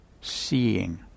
seeing